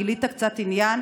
גילית קצת עניין.